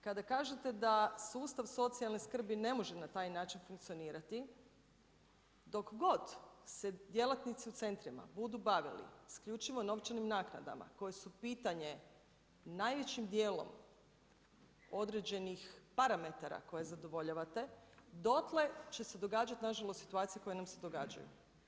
Kada kažete da sustav socijalne skrbi ne može na taj način funkcionirati, dok god se djelatnici u centrima budu bavili isključivo novčanim naknadama koje su pitanje najvećim djelom određenih parametara koje zadovoljavate, dotle će se događati nažalost situacije koje nam se događaju.